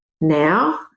now